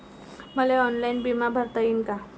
मले ऑनलाईन बिमा भरता येईन का?